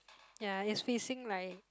ya it's facing like